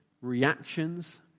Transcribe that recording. reactions